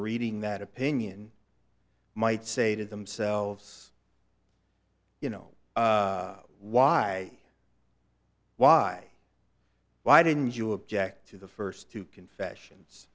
reading that opinion might say to themselves you know why why why didn't you object to the first two confessions